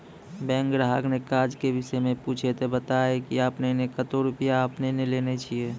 Bank ग्राहक ने काज के विषय मे पुछे ते बता की आपने ने कतो रुपिया आपने ने लेने छिए?